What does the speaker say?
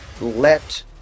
let